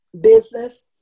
business